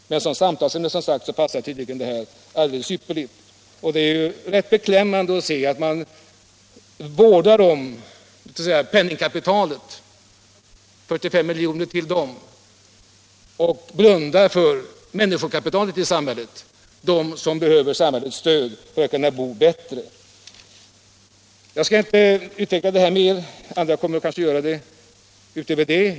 Men, som sagt, som samtalsämne passar det tydligen alldeles ypperligt. Det är rätt beklämmande att se att man vårdar om penningkapitalet, och vill ge 45 milj.kr. till det, samtidigt som man blundar för människokapitalet i samhället, de människor som behöver samhällets stöd för att kunna bo bättre. Jag skall inte utveckla de här frågorna mer. Andra kommer kanske att göra det.